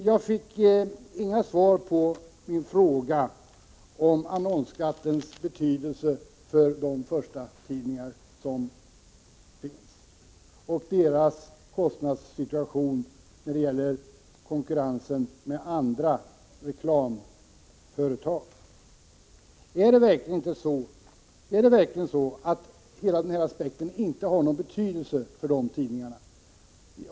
Jag fick inget svar på min fråga om annonsskattens betydelse för förstatidningarna och deras kostnadssituation när det gäller konkurrensen med andra reklamföretag. Är det verkligen så att den aspekten inte har någon betydelse för dessa tidningar?